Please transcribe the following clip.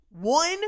one